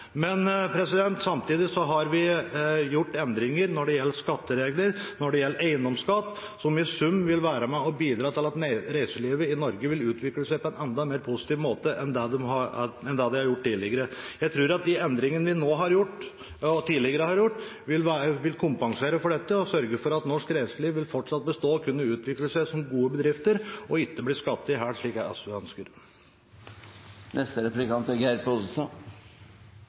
men selvfølgelig ikke alt, og det vil være varierende ut fra hvilke reiselivsbedrifter det gjelder. Men samtidig har vi gjort endringer når det gjelder skatteregler, når det gjelder eiendomsskatt f.eks., som i sum vil være med og bidra til at reiselivet i Norge vil utvikle seg på en enda mer positiv måte enn det det har gjort tidligere. Jeg tror at de endringene vi har gjort nå og tidligere, vil kompensere for dette og sørge for at norsk reiseliv fortsatt vil bestå og kunne utvikle seg som gode bedrifter, og ikke bli skattet i hjel, slik SV